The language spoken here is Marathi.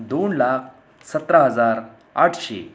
दोन लाख सतरा हजार आठशे